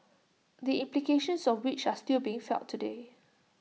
the implications of which are still being felt today